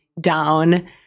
down